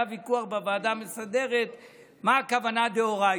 היה ויכוח בוועדה המסדרת למה הכוונה בדאורייתא.